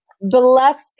Bless